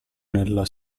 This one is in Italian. nella